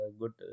good